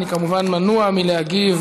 אני, כמובן, מנוע מלהגיב.